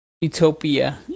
Utopia